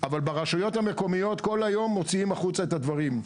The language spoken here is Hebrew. אבל ברשויות המקומיות כל היום מוציאים החוצה את הדברים.